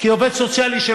כי עובד סוציאלי,